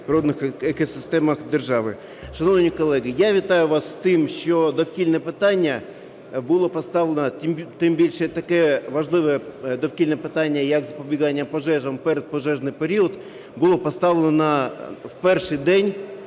екосистемах держави. Шановні колеги, я вітаю вас з тим, що довкільне питання було поставлено, тим більше таке важливе довкільне питання, як запобігання пожежам в передпожежний період, було поставлено в перший день